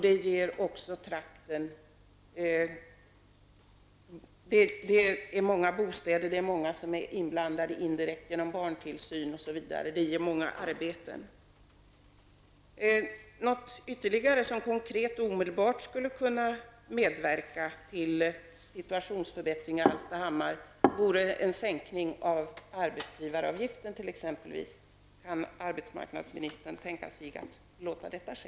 Det är fråga om många bostäder, och många berörs indirekt genom barntillsyn, osv. Det ger alltså många arbeten. Ytterligare en åtgärd som konkret och omedelbart skulle kunna medverka till en förbättring av situationen i Hallstahammar vore att exempelvis sänka arbetsgivaravgiften. Kan arbetsmarknadsministern tänka sig att låta detta ske?